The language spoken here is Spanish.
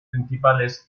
principales